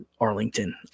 Arlington